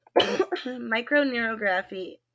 Microneurography